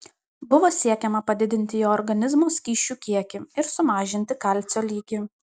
buvo siekiama padidinti jo organizmo skysčių kiekį ir sumažinti kalcio lygį